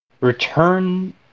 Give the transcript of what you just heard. return